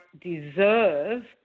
deserve